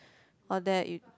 all that you